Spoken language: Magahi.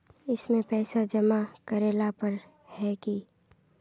इसमें पैसा जमा करेला पर है की?